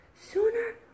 sooner